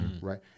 Right